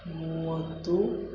ಮೂವತ್ತು